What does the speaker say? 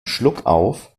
schluckauf